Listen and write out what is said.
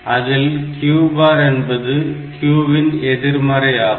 அதில் Q bar என்பது Q வின் எதிர்மறை ஆகும்